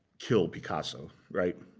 kill picasso, right?